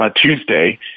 tuesday